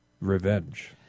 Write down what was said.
revenge